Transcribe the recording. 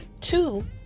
two